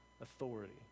authority